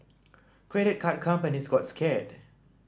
credit card companies got scared